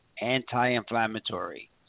anti-inflammatory